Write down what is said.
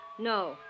No